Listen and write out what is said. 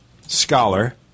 scholar